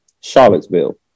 Charlottesville